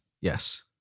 Yes